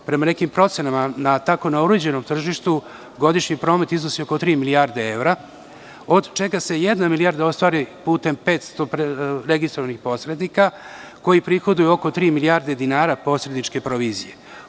Prema nekim procenama, na tako neuređenom tržištu godišnji promet iznosi oko tri milijarde evra, od čega se jedna milijarda ostvari putem 500 registrovanih posrednika koji prihoduju oko tri milijarde dinara posredničke provizije.